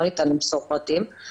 לא ניתן למסור פרטים,